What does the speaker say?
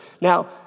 Now